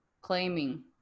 claiming